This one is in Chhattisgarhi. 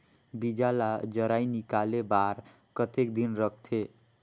बीजा ला जराई निकाले बार कतेक दिन रखथे?